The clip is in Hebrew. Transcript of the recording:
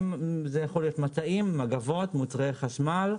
זה יכול להיות מצעים, מגבות, מוצרי חשמל.